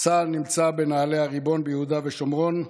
צה"ל נמצא בנעלי הריבון ביהודה ושומרון,